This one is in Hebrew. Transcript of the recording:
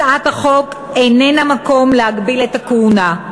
הצעת חוק אינה מקום להגבלת הכהונה.